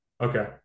okay